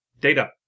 data